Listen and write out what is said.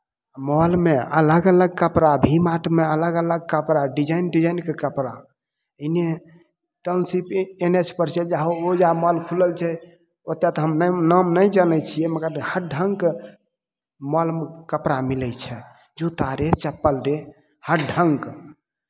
मॉलमे अलग अलग कपड़ा भी मार्टमे अलग अलग कपड़ा डिजाइन डिजाइनके कपड़ा एन्नऽ टाउनशिप एन एन एच पर छै ओजऽ मॉल खुलल छै ओतेक तऽ हम नाम नहि जनै छियै मगर हर ढङ्गके मॉलमे कपड़ा मिलै छै जूता रे चप्पल रे हर ढङ्गके